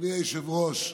אדוני היושב-ראש,